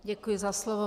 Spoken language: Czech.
Děkuji za slovo.